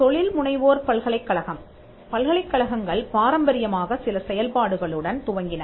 தொழில் முனைவோர் பல்கலைக்கழகம் பல்கலைக்கழகங்கள் பாரம்பரியமாக சில செயல்பாடுகளுடன் துவங்கின